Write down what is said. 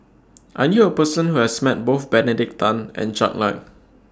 I knew A Person Who has Met Both Benedict Tan and Jack Lai